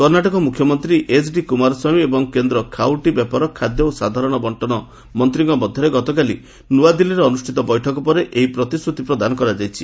କର୍ଷ୍ଣାଟକ ମ୍ରଖ୍ୟମନ୍ତ୍ରୀ ଏଚ୍ଡି କ୍ରମାରସ୍କାମୀ ଏବଂ କେନ୍ଦ୍ର ଖାଉଟି ବ୍ୟାପାର ଖାଦ୍ୟ ଓ ସାଧାରଣ ବଣ୍ଟନ ମନ୍ତ୍ରୀଙ୍କ ମଧ୍ୟରେ ଗତକାଲି ନୂଆଦିଲ୍ଲୀରେ ଅନୁଷ୍ଠିତ ବୈଠକ ପରେ ଏହି ପ୍ରତିଶ୍ରତି ପ୍ରଦାନ କରାଯାଇଛି